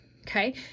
Okay